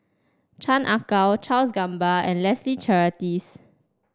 Chan Ah Kow Charles Gamba and Leslie Charteris